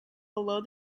below